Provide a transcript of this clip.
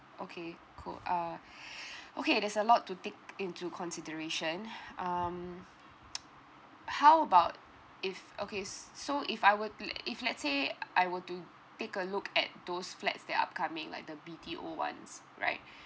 okay cool uh okay there's a lot to take into consideration um how about if okay s~ so if I were let if let's say I were to take a look at those flats that upcoming like the B_T_O ones right